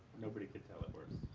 nobody could tell it worse.